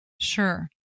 Sure